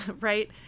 Right